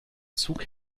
zug